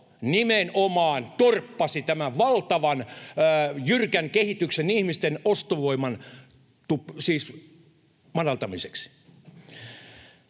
nimenomaan torppasi tämän valtavan jyrkän kehityksen ihmisten ostovoiman madaltamiseksi.